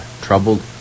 troubled